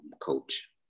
coach